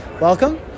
Welcome